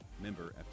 Member